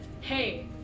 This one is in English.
hey